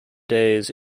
days